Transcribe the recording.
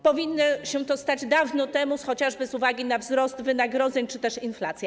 Powinno się to stać dawno temu, chociażby z uwagi na wzrost wynagrodzeń czy też inflację.